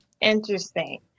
Interesting